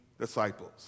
disciples